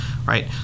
Right